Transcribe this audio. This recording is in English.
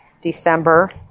December